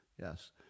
Yes